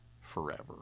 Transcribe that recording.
forever